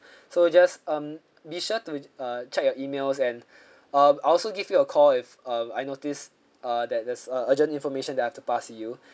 so just um be sure to uh check your emails and uh I'll also give you a call if uh I noticed uh that there's a urgent information that I have to pass to you